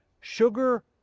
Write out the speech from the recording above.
sugar